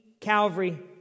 calvary